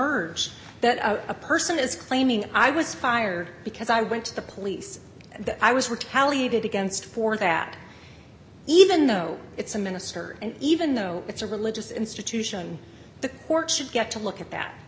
emerge that a person is claiming i was fired because i went to the police that i was retaliated against for that even though it's a minister and even though it's a religious institution the courts should get to look at that